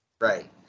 Right